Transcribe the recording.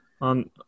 on